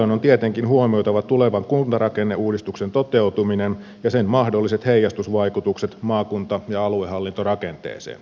tällöin on tietenkin huomioitava tulevan kuntarakenneuudistuksen toteutuminen ja sen mahdolliset heijastusvaikutukset maakunta ja aluehallintorakenteeseen